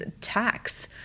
tax